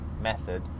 method